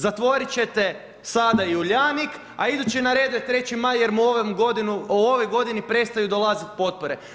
Zatvoriti ćete sada i Uljanik, a idući na redi je Treći Maj, jer mu u ovoj godini prestaju dolaziti potpore.